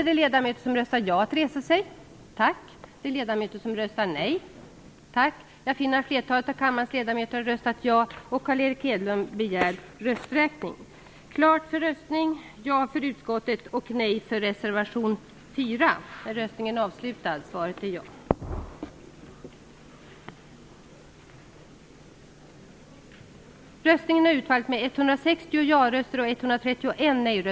Men dess värre är det så att om man inte kan bära den ekonomiska delen därför att kostnaderna ökar vid en omförhandling, så kommer det att innebära varsel och uppsägningar.